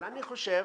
אני חושב